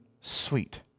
sweet